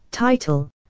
Title